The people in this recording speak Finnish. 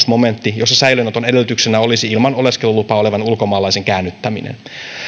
momentti jossa säilöönoton edellytyksenä olisi ilman oleskelulupaa olevan ulkomaalaisen käännyttäminen